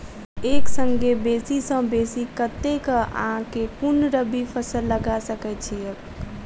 एक संगे बेसी सऽ बेसी कतेक आ केँ कुन रबी फसल लगा सकै छियैक?